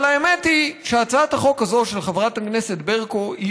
אבל האמת היא שהצעת החוק הזאת של חברת הכנסת ברקו היא